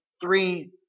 three